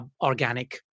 organic